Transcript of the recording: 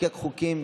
לחוקק חוקים